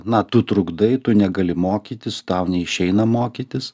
na tu trukdai tu negali mokytis tau neišeina mokytis